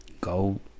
go